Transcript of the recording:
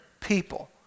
people